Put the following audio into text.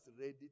ready